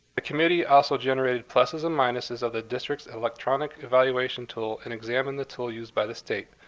the committee also generated pluses and minuses of the district's electronic evaluation tool and examined the tool used by the state,